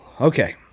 Okay